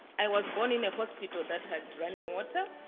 i was born in a hospital that had running water.